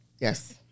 yes